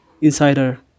Insider